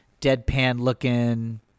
deadpan-looking